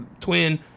twin